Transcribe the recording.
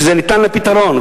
שזה ניתן לפתרון,